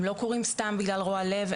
הם לא קורים סתם בגלל רוע לב.